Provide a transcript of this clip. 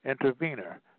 intervener